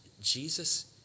Jesus